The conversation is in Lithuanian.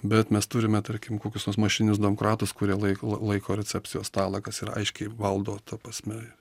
bet mes turime tarkim kokius nors mašininius domkratus kurie laiko laiko recepcijos stalą jis yra aiškiai valdo ta prasme